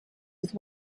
with